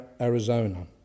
Arizona